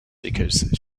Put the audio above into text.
because